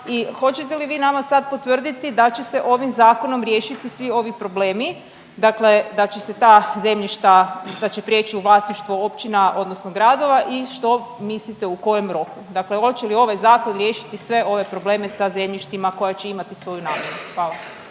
i hoćete li vi nama sad potvrditi da će se ovim zakonom riješiti svi ovi problemi. Dakle da će se ta zemljišta, da će prijeći u vlasništvo općina odnosno gradova i što mislite u kojem roku. Dakle hoće li ovaj zakon riješiti sve ove probleme sa zemljištima koja će imati svoju namjenu. Hvala.